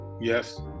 yes